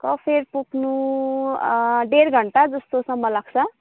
कफेर पुग्नु डेढ घन्टा जस्तो समय लाग्छ